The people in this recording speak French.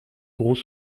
gros